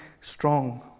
strong